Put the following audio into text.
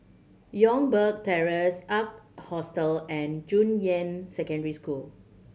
Youngberg Terrace Ark Hostel and Junyuan Secondary School